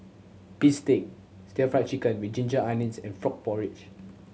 bistake Stir Fry Chicken with ginger onions and frog porridge